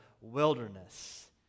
wilderness